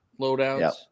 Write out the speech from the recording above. Loadouts